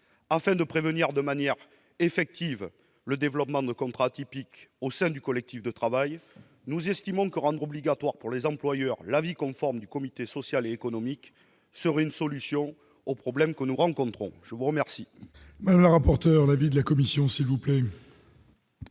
Afin de prévenir de manière effective le développement de contrats atypiques au sein du collectif de travail, nous estimons que rendre obligatoire pour les employeurs l'avis conforme du comité social et économique serait une solution aux problèmes que nous rencontrons. Quel